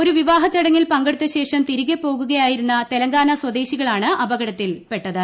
ഒരും വിവാഹ ചടങ്ങിൽ പങ്കെടുത്ത ശേഷം പോകുകയായിരുന്ന തിരികെ തെലങ്കാന സ്വദേശികളാണ് അപകടത്തിൽപെട്ടത്